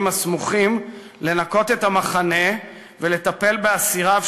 הסמוכים לנקות את המחנה ולטפל באסיריו,